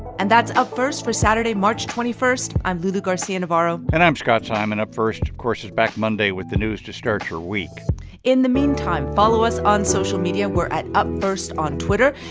and that's up first for saturday, march twenty one. i'm lulu garcia-navarro and i'm scott simon. up first, of course, is back monday with the news to start your week in the meantime, follow us on social media. we're at upfirst on twitter,